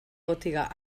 botiga